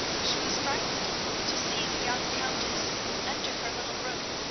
she was frightened to see the young countess enter her little room,